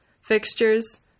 fixtures